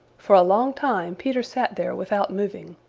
for a long time peter sat there without moving.